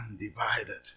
undivided